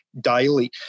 daily